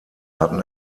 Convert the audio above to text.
hatten